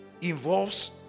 involves